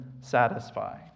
satisfy